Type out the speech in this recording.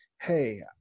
hey